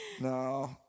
No